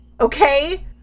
okay